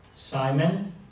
Simon